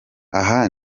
aha